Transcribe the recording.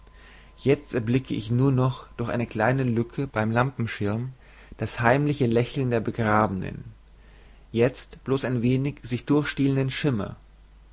jezt erblicke ich nur noch durch eine kleine lücke beim lampenschein das heimliche lächeln der begrabenen jezt blos ein wenig sich durchstehlenden schimmer